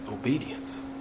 obedience